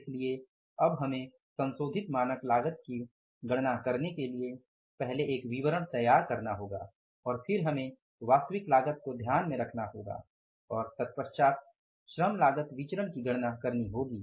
इसलिए अब हमें संशोधित मानक लागत की गणना करने के लिए पहले एक विवरण तैयार करना होगा और फिर हमें वास्तविक लागत को ध्यान में रखना होगा और तत्पश्चात श्रम लागत विचरण की गणना करनी होगी